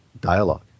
dialogue